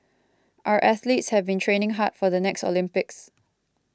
our athletes have been training hard for the next Olympics